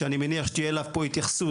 שאני מניח שתהיה פה התייחסות,